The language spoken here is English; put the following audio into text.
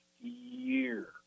year